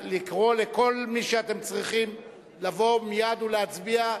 לקרוא לכל מי שאתם צריכים לבוא מייד ולהצביע,